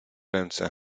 ręce